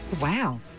Wow